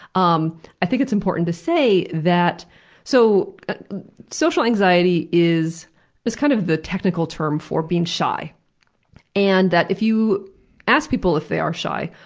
um i think it's important to say that so social anxiety is is kind of the technical term for being shy and if you ask people if they are shy,